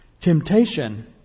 temptation